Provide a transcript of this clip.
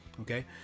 Okay